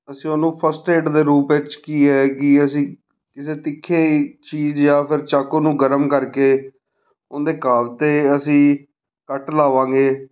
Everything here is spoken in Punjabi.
ਅਸੀਂ ਉਹਨੂੰ ਫਸਟ ਏਡ ਦੇ ਰੂਪ ਵਿੱਚ ਕੀ ਹੈ ਕਿ ਅਸੀਂ ਕਿਸੇ ਤਿੱਖੀ ਚੀਜ਼ ਜਾਂ ਫਿਰ ਚਾਕੂ ਨੂੰ ਗਰਮ ਕਰਕੇ ਉਹਦੇ ਘਾਲ 'ਤੇ ਅਸੀਂ ਕੱਟ ਲਾਵਾਂਗੇ